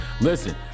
Listen